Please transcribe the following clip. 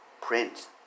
print